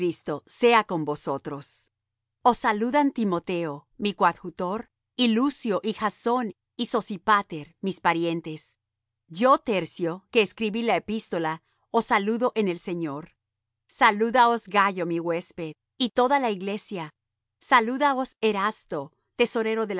sea con vosotros os saludan timoteo mi coadjutor y lucio y jasón y sosipater mis parientes yo tercio que escribí la epístola os saludo en el señor salúdaos gayo mi huésped y de toda la iglesia salúdaos erasto tesorero